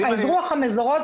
האזרוח המזורז,